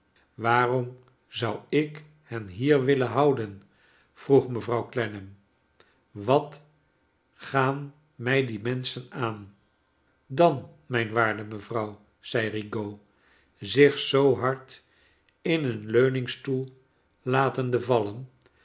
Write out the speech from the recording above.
waarom zou ik hen hier willen houdeii vroeg mevrouw clennam wat gaan mij die menschen aan v dan mijn waarde mevrouw zei rigaud zich zoo hard in een leuningstoel latende vallen